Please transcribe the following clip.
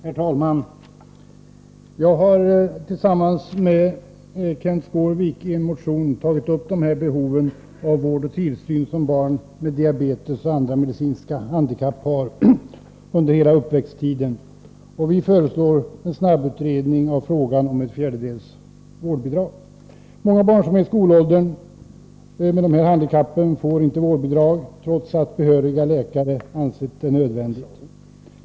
Herr talman! Jag har tillsammans med Kenth Skårvik i en motion tagit upp de behov av vård och tillsyn barn med diabetes och andra medicinska handikapp har under hela uppväxttiden. Vi föreslår en snabbehandling av frågan om ett fjärdedels vårdbidrag. Många barn i skolåldern med dessa handikapp får inte vårdbidrag, trots att behöriga läkare ansett det nödvändigt.